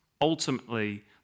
ultimately